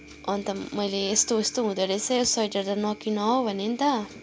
अन्त मैले यस्तो उस्तो हुँदोरहेछ यो स्वेटर त नकिन हौ भने नि त